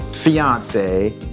Fiance